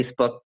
Facebook